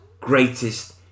greatest